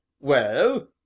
Well